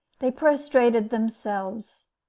they prostrated themselves.